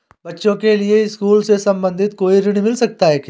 बच्चों के लिए स्कूल से संबंधित कोई ऋण मिलता है क्या?